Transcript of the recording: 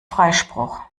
freispruch